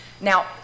Now